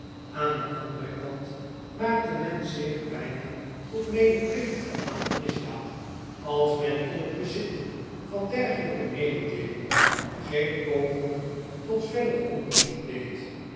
aan den anderen kant maakte men zich bijna tot medeplichtige aan de misdaad als men in het bezit van dergelijke mededeelingen geen pogingen tot verder onderzoek deed